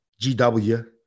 gw